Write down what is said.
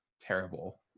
terrible